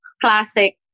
classic